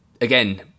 again